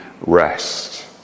rest